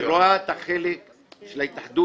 כי היא רואה את החלק של ההתאחדות